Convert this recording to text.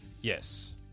Yes